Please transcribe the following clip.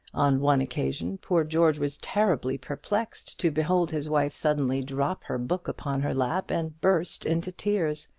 on one occasion poor george was terribly perplexed to behold his wife suddenly drop her book upon her lap and burst into tears.